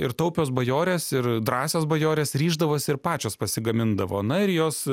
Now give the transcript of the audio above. ir taupios bajorės ir drąsios bajorės ryždavosi ir pačios pasigamindavo na ir jos